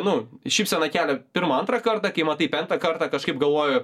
nu šypseną kelia pirma antrą kartą kai matai penktą kartą kažkaip galvoju